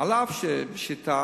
אף שפשיטא